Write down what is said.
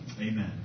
Amen